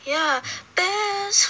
ya best